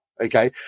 Okay